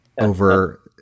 over –